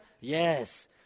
Yes